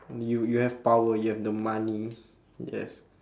you you have power you have the money yes